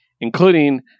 including